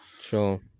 sure